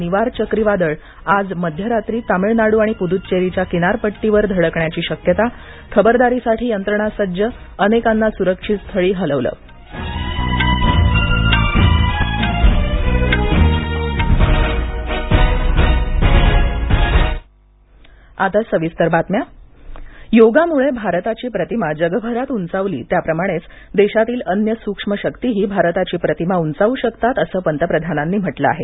निवार चक्रीवादळ आज मध्यरात्री तामिळनाडू आणि पुद्दचेरीच्या किनारपट्टीवर धडकण्याची शक्यता खबरदारीसाठी यंत्रणा सज्ज अनेकांना सुरक्षित स्थळी हलवलं लखनऊ विद्यापीठ योगामुळे भारताची प्रतिमा जगभरात उंचावली त्याप्रमाणेच देशातील अन्य सूक्ष्म शक्तीही भारताची प्रतिमा उंचावू करू शकतात असं पंतप्रधानांनी म्हटलं आहे